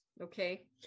okay